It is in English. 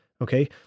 okay